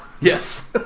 Yes